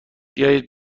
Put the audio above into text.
بیاید